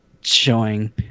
showing